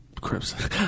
Crimson